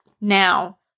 now